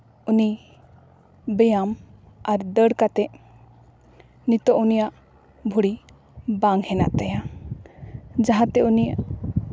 ᱩᱱᱤ ᱵᱮᱭᱟᱢ ᱟᱨ ᱫᱟᱹᱲ ᱠᱟᱛᱮ ᱱᱤᱛᱚᱜ ᱩᱱᱤᱭᱟᱜ ᱵᱷᱩᱲᱤ ᱵᱟᱝ ᱦᱮᱱᱟᱜ ᱛᱟᱭᱟ ᱡᱟᱦᱟᱸ ᱛᱮ ᱩᱱᱤᱭᱟᱜ